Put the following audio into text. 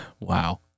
Wow